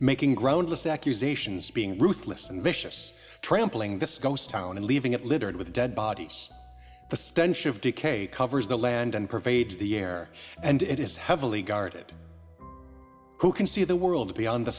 making groundless accusations being ruthless and vicious trampling this ghost town and leaving it littered with dead bodies the stench of decay covers the land and pervades the air and it is heavily guarded who can see the world beyond the